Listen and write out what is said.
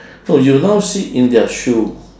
no you now sit in their shoes